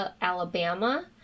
alabama